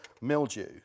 mildew